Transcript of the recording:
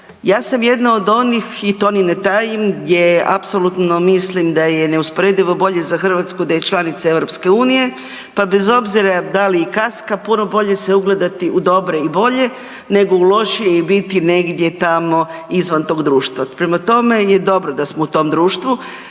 Ja sam jedna od onih i to ni ne tajim gdje apsolutno mislim da je neusporedivo bolje za Hrvatsku da je članica EU, pa bez obzira da li i kaska puno bolje se ugledati u dobre i bolje nego u lošije u i biti negdje tamo izvan tog društva. Prema tome je dobro da smo u tom društvu.